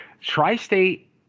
Tri-State